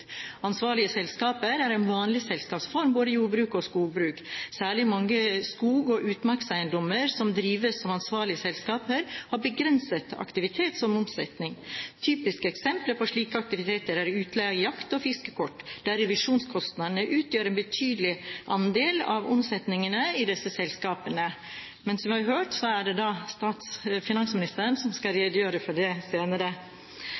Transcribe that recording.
Ansvarlige selskaper er en vanlig selskapsform både i jordbruk og skogbruk. Særlig mange skog- og utmarkseiendommer som drives som ansvarlige selskaper, har begrenset aktivitet som omsetning. Typiske eksempler på slike aktiviteter er utleie av jakt- og fiskekort, der revisjonskostnadene utgjør en betydelig andel av omsetningen i disse selskapene. Men som vi hørt, skal finansministeren redegjøre for det senere.